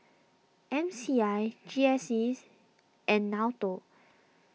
M C I G S sees and Nato